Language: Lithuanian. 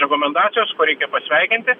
rekomendacijos su kuo reikia pasveikinti